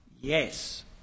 Yes